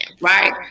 right